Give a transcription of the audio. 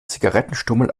zigarettenstummel